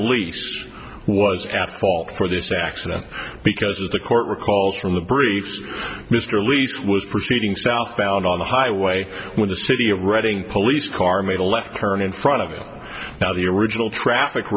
elise was at fault for this accident because the court recalls from the briefs mr leach was proceeding southbound on the highway when the city of reading police car made a left turn in front of him now the original traffic